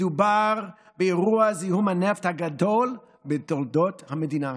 מדובר באירוע זיהום הנפט הגדול בתולדות המדינה.